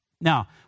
Now